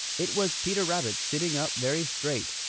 it was peter rabbit sitting up very straight,